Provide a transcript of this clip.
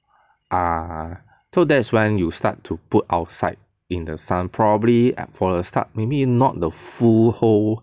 ah so that's when you start to put outside in the sun probably for a start maybe not the full whole